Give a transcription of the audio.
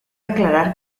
aclarar